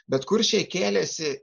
bet kuršiai kėlėsi